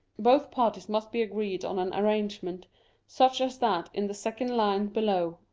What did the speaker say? both parties must be agreed on an arrangement such as that in the second line below,